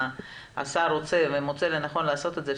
השר רוצה ומוצא לנכון לעשות את זה,